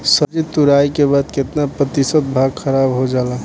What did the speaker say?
सब्जी तुराई के बाद केतना प्रतिशत भाग खराब हो जाला?